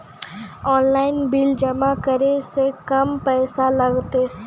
Online bill जमा करै से कम पैसा लागतै?